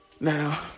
Now